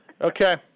Okay